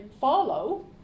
follow